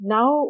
Now